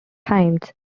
times